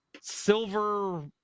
silver